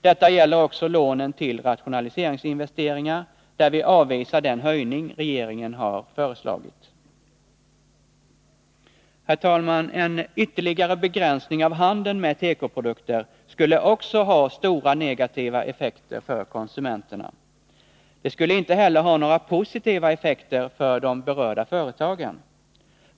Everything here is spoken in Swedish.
Detta gäller också lånen till rationaliseringsinvesteringar, där vi 19 maj 1983 avvisar den höjning regeringen har föreslagit. Herr talman! En ytterligare begränsning av handeln med tekoprodukter skulle också ha stora negativa effekter för konsumenterna. Det skulle inte heller ha några positiva effekter för de berörda företagen.